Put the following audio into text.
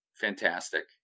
Fantastic